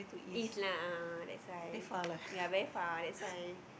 east lah ah that's why ya very far that's why